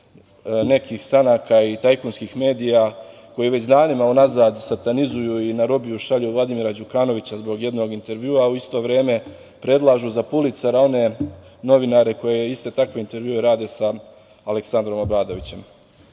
nekih stranaka i tajkunskih medija, koji već danima unazad satanizuju i na robiju šalju Vladimira Đukanovića zbog jednog intervjua, a u isto vreme predlažu za … novinare koje iste takve intervjue rade sa Aleksandrom Obradovićem,